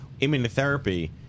immunotherapy